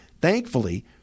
Thankfully